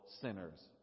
sinners